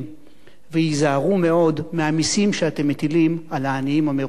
והיזהרו מאוד מהמסים שאתם מטילים על העניים המרודים ביותר,